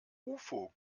ufo